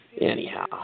Anyhow